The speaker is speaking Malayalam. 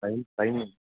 ടൈമ് കഴിഞ്ഞു